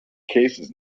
cases